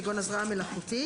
כגון הזרעה מלאכותית.